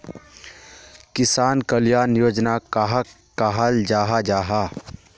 किसान कल्याण योजना कहाक कहाल जाहा जाहा?